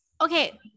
Okay